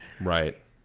Right